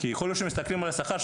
כי יכול להיות שמסתכלים על השכר,